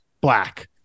Black